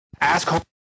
ask